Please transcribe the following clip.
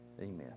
Amen